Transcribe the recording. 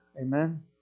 Amen